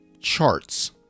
Charts